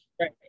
right